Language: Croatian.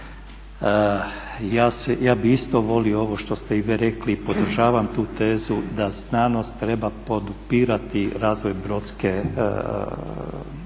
Ja bih isto volio ovo što ste i vi rekli i podržavam tu tezu da znanost treba podupirati razvoj Brodske županije,